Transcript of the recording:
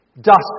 dust